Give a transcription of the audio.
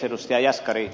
edustaja jaskari